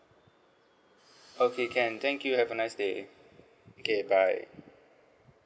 okay can thank you have a nice day okay bye